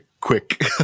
quick